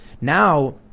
Now